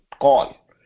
call